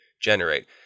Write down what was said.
generate